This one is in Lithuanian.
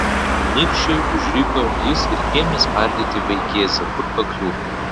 niršiai užriko jis ir ėmė spardyti vaikėzą kur pakliuvo